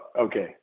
Okay